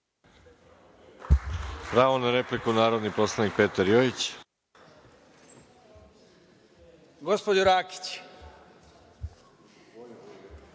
Hvala vam.